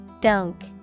Dunk